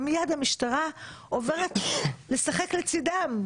ומיד המשטרה עוברת לשחק לצדם.